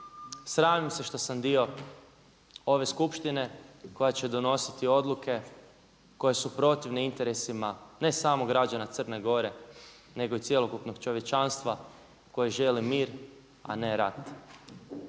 sramim se što sam dio ove skupštine koja će donositi odluke koje su protivne interesima ne samo građana Crne Gore, nego i cjelokupnog čovječanstva koje želi mir, a ne rat.